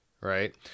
right